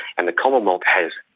and the commonwealth has,